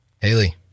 Haley